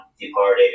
departed